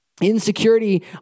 Insecurity